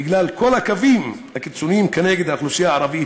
בגלל כל הקווים הקיצוניים כנגד האוכלוסייה הערבית,